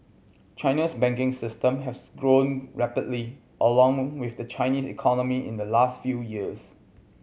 China's banking system has also grown rapidly along with the Chinese economy in the last few years